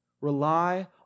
Rely